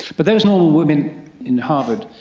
but those um women in harvard,